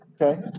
okay